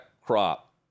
crop